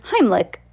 heimlich